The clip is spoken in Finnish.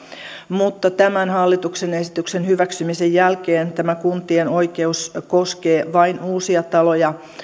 mutta tämän hallituksen esityksen hyväksymisen jälkeen tämä kuntien oikeus koskee vain uusia taloja